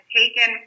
taken